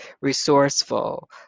Resourceful